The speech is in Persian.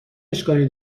اشکالی